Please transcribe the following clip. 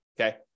okay